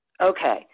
Okay